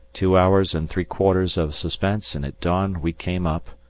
two hours and three quarters of suspense, and at dawn we came up,